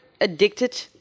addicted